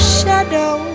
shadow